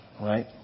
Right